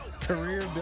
career